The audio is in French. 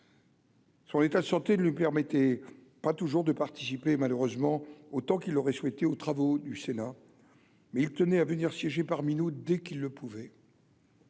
Son état de santé ne lui permettait pas toujours de participer malheureusement autant qu'il aurait souhaité aux travaux du Sénat mais il tenait à venir siéger parmi nous dès qu'il le pouvez.